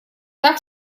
так